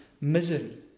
misery